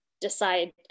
decide